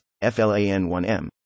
FLAN-1M